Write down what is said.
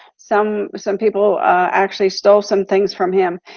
some some people actually stole some things from him.